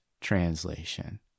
translation